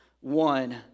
one